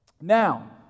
Now